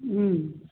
हम्म